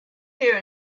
here